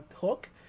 hook